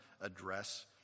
address